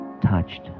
touched